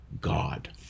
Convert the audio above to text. God